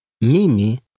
Mimi